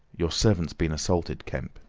your servant's been assaulted, kemp,